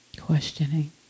questioning